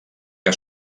que